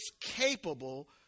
capable